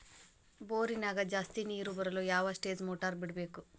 ಬೋರಿನ್ಯಾಗ ಜಾಸ್ತಿ ನೇರು ಬರಲು ಯಾವ ಸ್ಟೇಜ್ ಮೋಟಾರ್ ಬಿಡಬೇಕು?